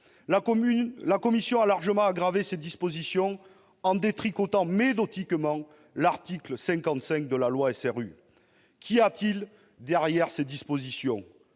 La commission a largement aggravé cette disposition en détricotant méthodiquement l'article 55 de la loi SRU. Qu'y a-t-il derrière ces dispositions ?